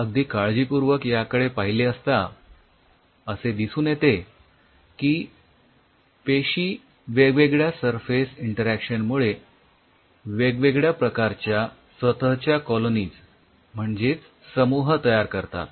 अगदी काळजीपूर्वक याकडे पाहिले असता असे दिसून येते की पेशी वेगवेगळ्या सरफेस इन्टेरॅक्शन मुळे वेगवेगळ्या प्रकारच्या स्वतःच्या कॉलोनीज म्हणजेच समूह तयार करतात